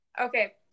Okay